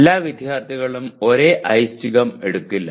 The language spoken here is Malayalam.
എല്ലാ വിദ്യാർത്ഥികളും ഒരേ ഐച്ഛികം എടുക്കില്ല